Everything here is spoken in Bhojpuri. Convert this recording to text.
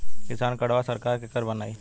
किसान कार्डवा सरकार केकर बनाई?